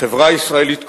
החברה הישראלית כולה,